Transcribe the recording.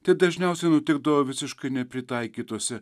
tai dažniausiai nutikdavo visiškai nepritaikytose